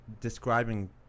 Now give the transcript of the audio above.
describing